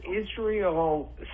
Israel